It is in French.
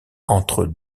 entre